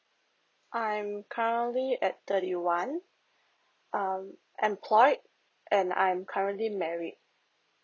I'm currently at thirty one um employed and I'm currently amrried